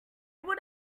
would